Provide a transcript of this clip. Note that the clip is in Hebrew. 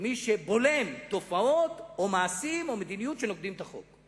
כמי שבולם תופעות או מעשים או מדיניות שנוגדים את החוק.